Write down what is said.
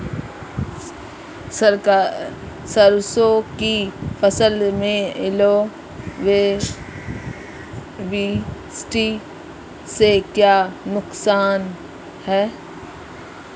सरसों की फसल में ओलावृष्टि से क्या नुकसान है?